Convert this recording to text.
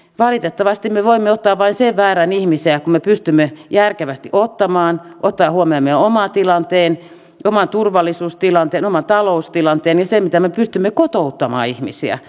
valitettavasti me voimme ottaa vain sen määrän ihmisiä kuin me pystymme järkevästi ottamaan ottaen huomion meidän oman tilanteemme oman turvallisuustilanteemme oman taloustilanteemme ja sen mitä me pystymme kotouttamaan ihmisiä